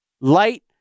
Light